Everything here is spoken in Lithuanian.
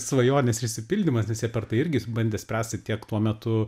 svajonės išsipildymas nes jie per tai irgi bandė spręsti tiek tuo metu